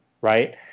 Right